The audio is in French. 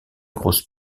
grosses